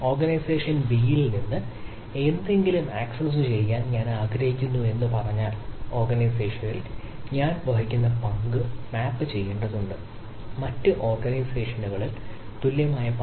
organisation ബിയിൽ നിന്ന് എന്തെങ്കിലും ആക്സസ് ചെയ്യാൻ ഞാൻ ആഗ്രഹിക്കുന്നുവെന്ന് പറഞ്ഞാൽ ഓർഗനൈസേഷനിൽ ഞാൻ വഹിക്കുന്ന പങ്ക് മാപ്പ് ചെയ്യേണ്ടതുണ്ട് മറ്റ് ഓർഗനൈസേഷനുകളിൽ തുല്യമായ പങ്ക്